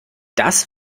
das